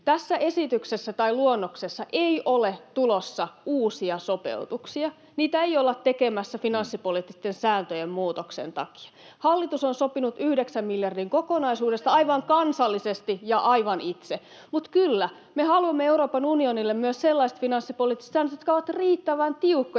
Tässä esityksessä tai luonnoksessa ei ole tulossa uusia sopeutuksia. Niitä ei olla tekemässä finanssipoliittisten sääntöjen muutoksen takia. Hallitus on sopinut yhdeksän miljardin kokonaisuudesta aivan kansallisesti ja aivan itse. Mutta kyllä, me haluamme Euroopan unionille myös sellaiset finanssipoliittiset säännöt, jotka ovat riittävän tiukkoja.